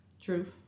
Truth